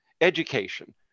education